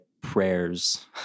prayers